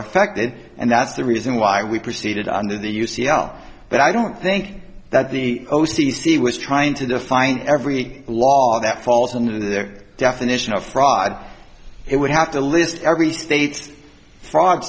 affected and that's the reason why we proceeded under the u c l but i don't think that the o c c was trying to define every law that falls under the definition of fraud it would have to list every state's frog